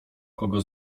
kogo